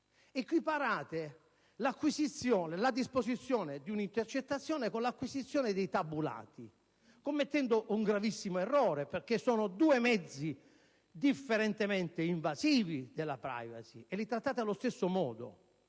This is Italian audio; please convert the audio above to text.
Equiparate la disposizione di una intercettazione con l'acquisizione dei tabulati, commettendo un gravissimo errore perché sono due mezzi differentemente invasivi della *privacy*. Li trattate allo stesso modo.